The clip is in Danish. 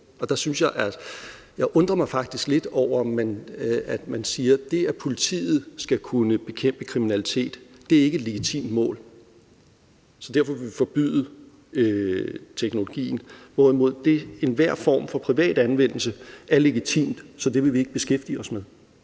man siger, at det, at politiet skal kunne bekæmpe kriminalitet, ikke er et legitimt mål, så derfor vil man forbyde teknologien, hvorimod enhver form for privat anvendelse er legitim, så det vil man ikke beskæftige sig med.